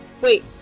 Wait